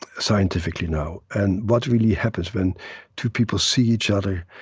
scientifically now and what really happens when two people see each other,